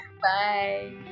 bye